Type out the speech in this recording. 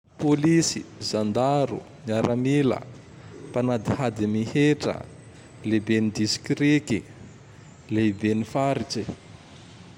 Polisy, zandaro, miaramila, mpanadihady ami hetra, Leben'ny distriky, lehiben'ny faritse.